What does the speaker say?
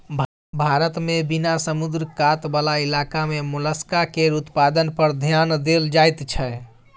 भारत मे बिना समुद्र कात बला इलाका मे मोलस्का केर उत्पादन पर धेआन देल जाइत छै